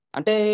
Ante